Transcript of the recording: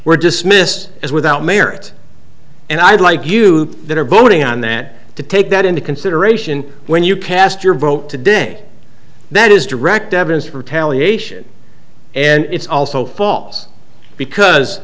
were dismissed as without merit and i'd like you that are voting on that to take that into consideration when you cast your vote today that is direct evidence for tally ation and it's also false because